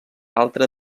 altre